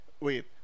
wait